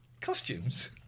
costumes